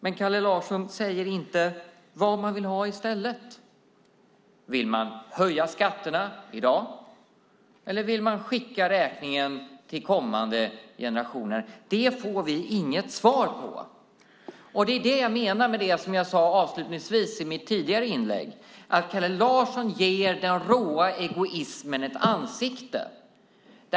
Men Kalle Larsson säger inte vad man vill ha i stället. Vill man höja skatterna i dag, eller vill man skicka räkningen till kommande generationer? Det får vi inget svar på. Det är det jag menar med det som jag sade avslutningsvis i mitt tidigare inlägg. Kalle Larsson ger den råa egoismen ett ansikte.